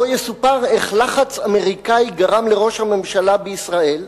ובו יסופר איך לחץ אמריקני גרם לראש הממשלה בישראל,